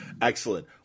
Excellent